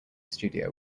studio